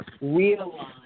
realize